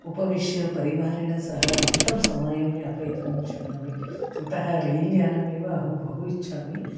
उपविश्य परिवारेण सह अधिकं समयं यापयितुं शक्नोमि अतः रैल्यानम् एव अहं बहु इच्छामि